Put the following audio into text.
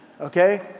okay